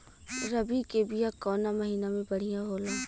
रबी के बिया कवना महीना मे बढ़ियां होला?